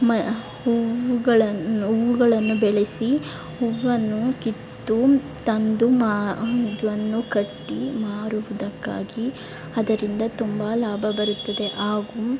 ಮ ಹೂವುಗಳನ್ನು ಹೂವುಗಳನ್ನು ಬೆಳೆಸಿ ಹೂವನ್ನು ಕಿತ್ತು ತಂದು ಮಾ ಅದನ್ನು ಕಟ್ಟಿ ಮಾರುವುದಕ್ಕಾಗಿ ಅದರಿಂದ ತುಂಬ ಲಾಭ ಬರುತ್ತದೆ ಹಾಗೂ